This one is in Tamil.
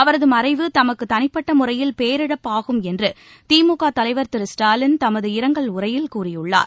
அவரது மறைவு தமக்கு தளிப்பட்ட முறையில் பேரிழப்பாகும் என்று திமுக தலைவர் திரு ஸ்டாலின் தமது இரங்கல் உரையில் கூறியுள்ளார்